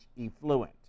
effluent